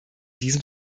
diesem